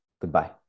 goodbye